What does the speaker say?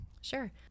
Sure